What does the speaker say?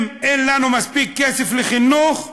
אם אין לנו מספיק כסף לחינוך,